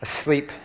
Asleep